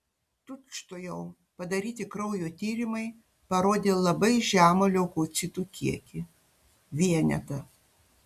tučtuojau padaryti kraujo tyrimai parodė labai žemą leukocitų kiekį vienetą